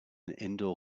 indoor